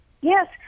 Yes